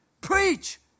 Preach